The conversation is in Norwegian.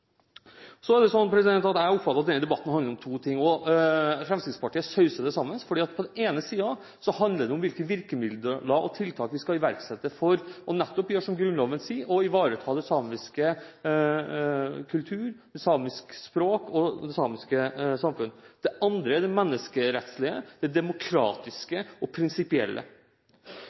Så er det sånn at jeg oppfatter at denne debatten handler om to ting, og Fremskrittspartiet sauser det sammen. På den ene siden handler det om hvilke virkemidler og tiltak vi skal iverksette, nettopp for å gjøre som Grunnloven sier – ivareta samisk kultur, samisk språk og det samiske samfunn. På den andre siden handler det om det menneskerettslige, det demokratiske og det prinsipielle.